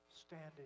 standing